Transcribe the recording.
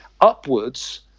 upwards